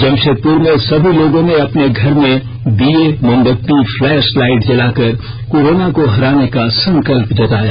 जमषेदपुर में सभी लोगों ने अपने घर में दीएमोमबत्ती फ्लैशलाइट जलाकर कोरोना को हराने का संकल्प जताया